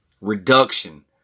reduction